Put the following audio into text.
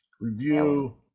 review